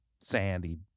sandy